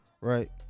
right